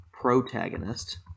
protagonist